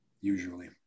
Usually